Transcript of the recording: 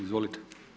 Izvolite.